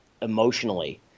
emotionally